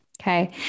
okay